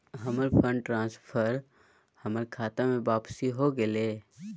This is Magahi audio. हमर फंड ट्रांसफर हमर खता में वापसी हो गेलय